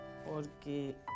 porque